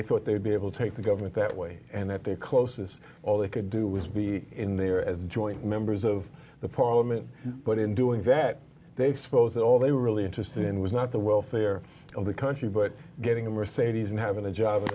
they thought they would be able to take the government that way and that they close is all they could do was be in there as joint members of the parliament but in doing that they suppose that all they were really interested in was not the welfare of the country but getting a mercedes and having a job